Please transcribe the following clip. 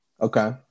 okay